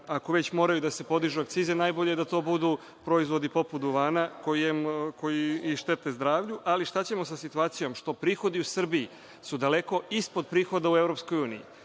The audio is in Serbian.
ako već moraju da se podižu akcize najbolje da to budu proizvodi poput duvana koji i štete zdravlju, ali šta ćemo sa situacijom što prihodi u Srbiji su daleko ispod prihoda u EU?